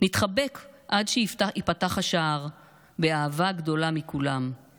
/ נתחבק עד שייפתח השער / באהבה גדולה מכולם /